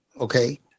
okay